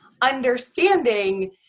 understanding